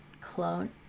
Clone